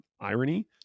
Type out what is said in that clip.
irony